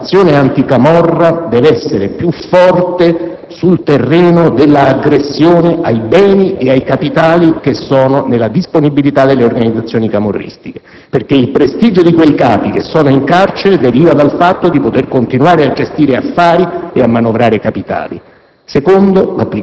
luogo, l'azione anticamorra deve essere più forte sul terreno dell'aggressione ai beni ed ai capitali che sono nella disponibilità delle organizzazioni camorristiche, perché il prestigio di quei capi, che sono in carcere, deriva dal fatto di poter continuare a gestire affari ed a manovrare capitali;